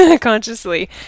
consciously